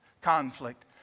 conflict